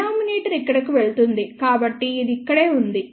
denominator ఇక్కడకు వెళుతుంది కాబట్టి ఇది ఇక్కడే ఉంది